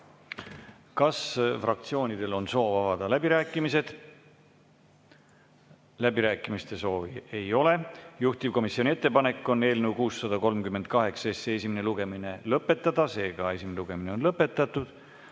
Kas fraktsioonidel on soovi avada läbirääkimised? Läbirääkimiste soovi ei ole. Juhtivkomisjoni ettepanek on eelnõu 638 esimene lugemine lõpetada. Esimene lugemine on lõpetatud.